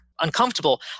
uncomfortable